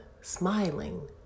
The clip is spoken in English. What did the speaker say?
smiling